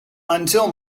until